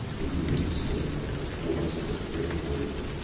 the wind spoke with the voice of a great organ.